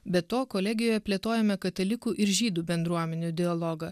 be to kolegijoje plėtojome katalikų ir žydų bendruomenių dialogą